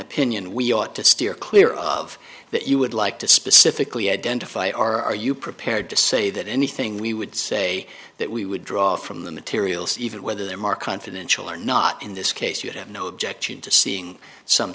opinion we ought to steer clear of that you would like to specifically identify are you prepared to say that anything we would say that we would draw from the materials even whether them are confidential are not in this case you have no objection to seeing some